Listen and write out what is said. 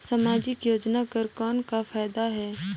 समाजिक योजना कर कौन का फायदा है?